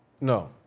No